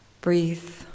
breathe